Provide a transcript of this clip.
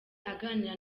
aganira